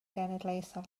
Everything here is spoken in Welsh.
genedlaethol